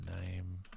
name